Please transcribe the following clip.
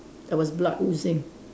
there was blood oozing